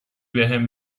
بهم